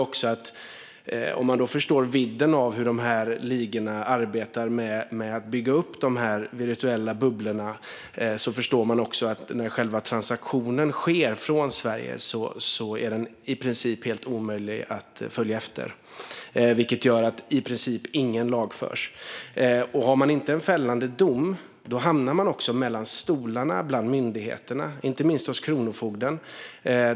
Om man förstår vidden av hur dessa ligor arbetar med att bygga upp virtuella bubblor förstår man också att själva transaktionen, som sker från Sverige, i princip är helt omöjlig att följa efter, vilket gör att i princip ingen lagförs. Finns det inte en fällande dom hamnar man också mellan stolarna hos myndigheterna, inte minst hos Kronofogden.